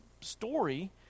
story